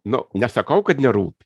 nu nesakau kad nerūpi